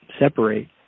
separate